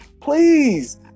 Please